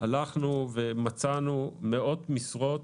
מצאנו מאות משרות.